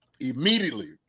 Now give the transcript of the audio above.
Immediately